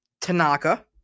Tanaka